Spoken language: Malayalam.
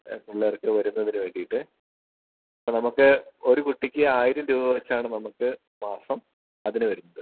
പിള്ളേർക്ക് വരുന്നതിന് വേണ്ടിയിട്ട് നമുക്ക് ഒരു കുട്ടിക്ക് ആയിരം രൂപ വെച്ചാണ് നമുക്ക് മാസം അതിന് വരുന്നത്